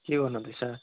के गर्नु हुँदैछ